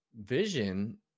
Vision